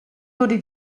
wurde